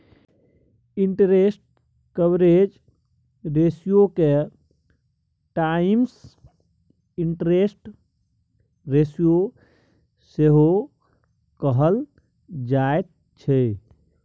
interest coverage रेशियोके times interest ratio सेहो कहल जाइत छै